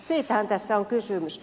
siitähän tässä on kysymys